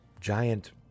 giant